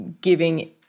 giving